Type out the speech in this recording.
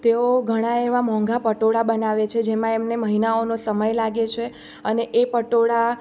તેઓ ઘણા એવાં મોંઘા પટોળા બનાવે છે જેમા એમને મહિનાઓનો સમય લાગે છે અને એ પટોળા